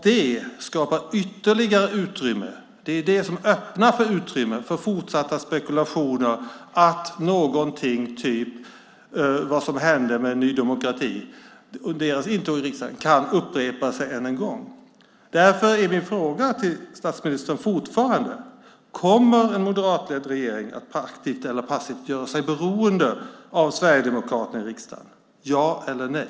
Det skapar ytterligare utrymme, det öppnar utrymme, för fortsatta spekulationer om att någonting typ det som hände med Ny demokrati kan upprepa sig. Därför är min fråga till statsministern fortfarande: Kommer en moderatledd regering att aktivt eller passivt göra sig beroende av Sverigedemokraterna i riksdagen - ja eller nej?